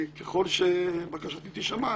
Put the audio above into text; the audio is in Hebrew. ככל שבקשתי תישמע,